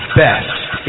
best